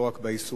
לא רק איסורים,